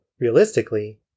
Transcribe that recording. realistically